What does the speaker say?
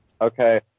okay